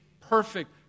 perfect